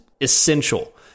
essential